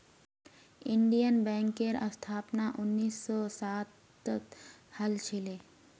Indian बैंकेर स्थापना उन्नीस सौ सातत हल छिले